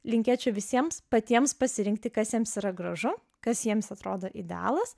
linkėčiau visiems patiems pasirinkti kas jiems yra gražu kas jiems atrodo idealas